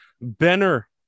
Benner